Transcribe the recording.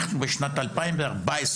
אנחנו בשנת 2014,